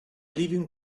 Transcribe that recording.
leaving